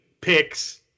picks